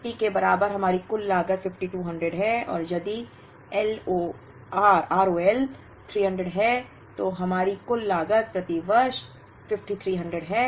250 के बराबर हमारी कुल लागत 5200 है और यदि एलओआर 300 है तो हमारी कुल लागत प्रति वर्ष 5300 है